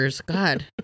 God